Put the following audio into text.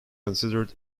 considered